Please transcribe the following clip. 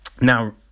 now